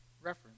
reference